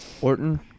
Orton